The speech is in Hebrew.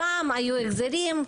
פעם היו החזרים,